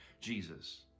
Jesus